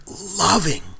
loving